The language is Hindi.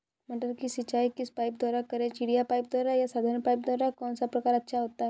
मटर की सिंचाई किस पाइप द्वारा करें चिड़िया पाइप द्वारा या साधारण पाइप द्वारा कौन सा प्रकार अच्छा होता है?